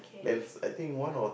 then I think one or